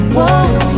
Whoa